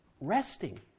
resting